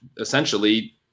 essentially